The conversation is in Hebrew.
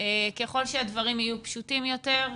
ככל שהדברים יהיו פשוטים יותר,